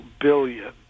billion